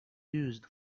used